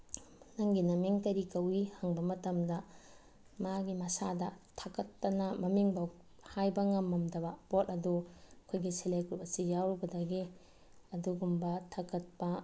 ꯅꯪꯒꯤ ꯅꯃꯤꯡ ꯀꯔꯤ ꯀꯧꯋꯤ ꯍꯪꯕ ꯃꯇꯝꯗ ꯃꯥꯒꯤ ꯃꯁꯥꯗ ꯊꯀꯠꯇꯅ ꯃꯃꯤꯡ ꯐꯥꯎ ꯍꯥꯏꯕ ꯉꯝꯃꯝꯗꯕ ꯄꯣꯠ ꯑꯗꯨ ꯑꯩꯈꯣꯏꯒꯤ ꯁꯦꯜꯐ ꯍꯦꯜꯞ ꯒ꯭ꯔꯨꯞ ꯑꯁꯤ ꯌꯥꯎꯔꯨꯕꯗꯒꯤ ꯑꯗꯨꯒꯨꯝꯕ ꯊꯀꯠꯄ